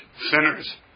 sinners